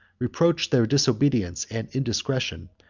reproached their disobedience and indiscretion,